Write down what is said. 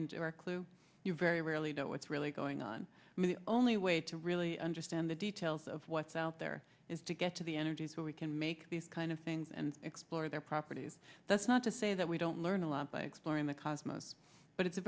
injury clue you very rarely that what's really going on only way to really understand the details of what's out there is to get to the energy so we can make these kind of things and explore their properties that's not to say that we don't learn a lot by exploring the cosmos but it's a